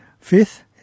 Fifth